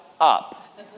up